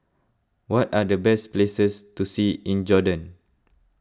what are the best places to see in Jordan